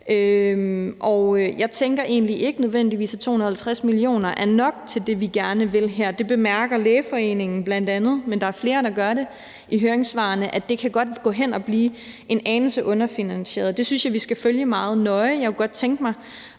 egentlig ikke nødvendigvis, at 250 mio. kr. er nok til det, vi gerne vil her. Det bemærker Lægeforeningen bl.a. også, og der er flere andre, der i høringssvarene siger, at det godt kan gå hen og blive en anelse underfinansieret. Det synes jeg vi skal følge meget nøje.